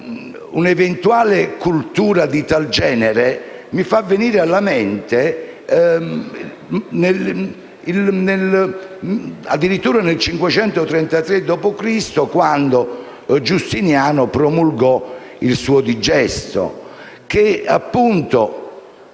Un'eventuale cultura di tal genere mi fa venire alla mente addirittura il 533 dopo Cristo, quando Giustiniano promulgò il suo *Digesta*, che, appunto,